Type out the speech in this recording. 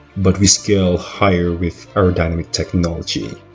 but we scaled higher with aerodynamic technology